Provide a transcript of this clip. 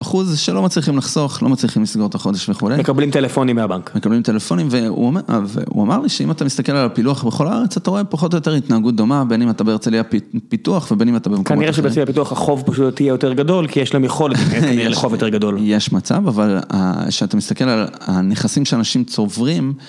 אחוז שלא מצליחים לחסוך, לא מצליחים לסגור את החודש וכו'. מקבלים טלפונים מהבנק. מקבלים טלפונים, והוא אמר לי שאם אתה מסתכל על הפילוח בכל הארץ, אתה רואה פחות או יותר התנהגות דומה בין אם אתה בהרצליה פיתוח ובין אם אתה במקומות. כנראה שבהרצליה פיתוח החוב פשוט יהיה יותר גדול, כי יש להם יכולת לחוב יותר גדול. יש מצב, אבל כשאתה מסתכל על הנכסים שאנשים צוברים.